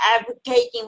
advocating